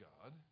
God